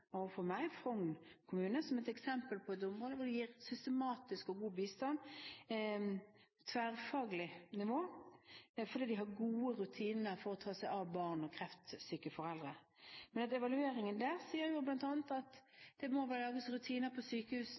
har overfor meg valgt å trekke frem Frogn kommune som et eksempel på et område hvor det gis systematisk og god bistand på tverrfaglig nivå. Det er fordi de har gode rutiner for å ta seg av barn av kreftsyke foreldre. Men evalueringen der sier bl.a. at det må lages rutiner på sykehusene